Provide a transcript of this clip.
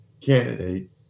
candidate